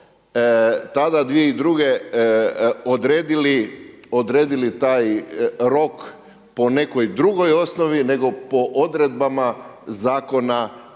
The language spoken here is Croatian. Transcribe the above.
tada 2002. odredili taj rok po nekoj drugoj osnovi, nego po odredbama Zakona o